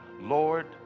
Lord